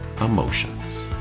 emotions